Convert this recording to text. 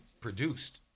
produced